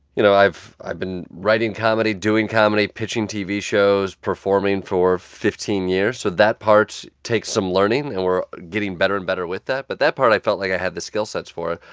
you know, i've i've been writing comedy, doing comedy, pitching tv shows, performing for fifteen years. so that part takes some learning, and we're getting better and better with that. but that part i felt like i had the skill sets for.